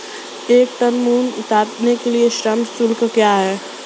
एक टन मूंग उतारने के लिए श्रम शुल्क क्या है?